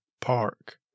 Park